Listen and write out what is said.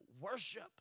worship